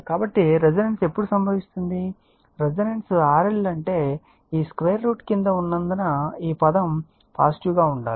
కాబట్టి రెసోనెన్స్ ఎప్పుడు సంభవిస్తుంది రెసోనెన్స్ RL అంటే ఈ √ కింద ఉన్నందున ఈ పదం పాజిటివ్ గా ఉండాలి